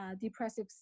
depressive